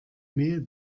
mail